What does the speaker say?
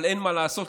אבל אין מה לעשות,